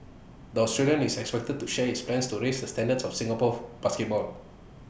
the Australian is expected to share his plans to raise the standards of Singapore basketball